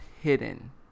hidden